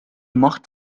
macht